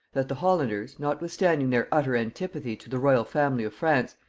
that the hollanders, notwithstanding their utter antipathy to the royal family of france,